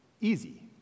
easy